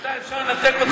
אתה, אפשר לנתק אותך ממשהו?